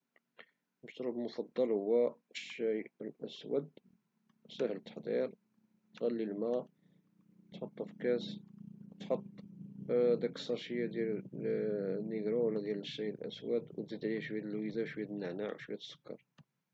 المشروب المفضل هو الشاي الاسود سهل التحضير كتغلي الما تحطو فكاس تحط هداك الساشية ديال نيكرو ولى ديال الشاي الاسود او دزيد هليها شوية د اللويزة وشوية د النعناع او شوية د السكر